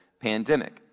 pandemic